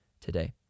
today